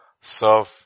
serve